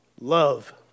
Love